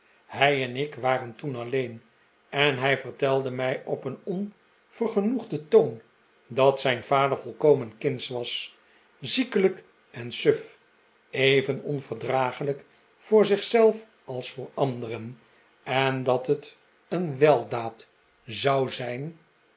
hij en ik waren toen alleen en hij vertelde mij op een onvergenoegden toon dat zijn vader volkomen kindsch was ziekelijk en suf even onverdraaglijk voor zich zelf als voor anderen en dat het een weldaad zou zijn